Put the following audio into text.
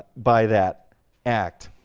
by that act.